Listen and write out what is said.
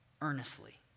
earnestly